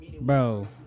bro